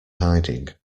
hiding